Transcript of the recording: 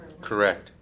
Correct